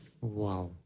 Wow